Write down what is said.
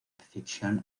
fiction